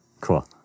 cool